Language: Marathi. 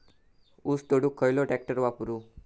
ऊस तोडुक खयलो ट्रॅक्टर वापरू?